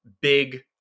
big